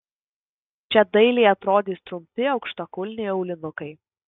čia dailiai atrodys trumpi aukštakulniai aulinukai